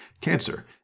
cancer